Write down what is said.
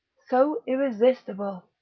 so irresistible,